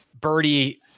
birdie